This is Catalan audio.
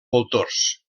voltors